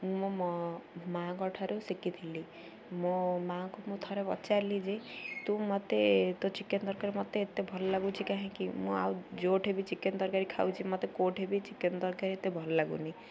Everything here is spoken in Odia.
ମୁଁ ମୋ ମାଆଙ୍କ ଠାରୁ ଶିଖିଥିଲି ମୋ ମାଆଙ୍କୁ ମୁଁ ଥରେ ପଚାରିଲି ଯେ ତୁ ମତେ ତୋ ଚିକେନ୍ ତରକାରୀ ମତେ ଏତେ ଭଲ ଲାଗୁଛି କାହିଁକି ମୁଁ ଆଉ ଯେଉଁଠି ବି ଚିକେନ୍ ତରକାରୀ ଖାଉଛି ମତେ କେଉଁଠି ବି ଚିକେନ୍ ତରକାରୀ ଏତେ ଭଲ ଲାଗୁନି